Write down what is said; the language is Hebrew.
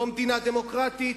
לא מדינה דמוקרטית,